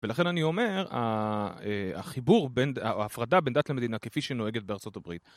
ולכן אני אומר, החיבור, ההפרדה בין דת למדינה כפי שנוהגת בארה״ב.